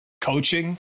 coaching